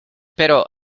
pero